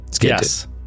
Yes